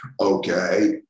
Okay